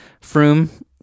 Froome